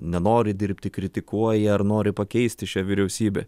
nenori dirbti kritikuoja ar nori pakeisti šią vyriausybę